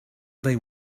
they